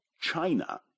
China